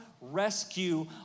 rescue